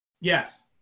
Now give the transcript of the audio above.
Yes